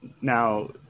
now –